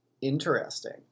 interesting